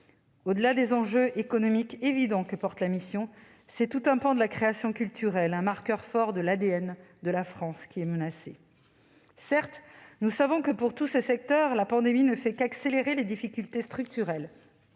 Au-delà des enjeux économiques évidents que porte la mission, c'est tout un pan de la création culturelle, un marqueur fort de l'ADN de la France, qui est menacé. Certes, nous savons que pour tous ces secteurs, la pandémie ne fait qu'accélérer des difficultés structurelles